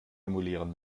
emulieren